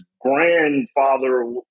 grandfather